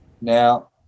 Now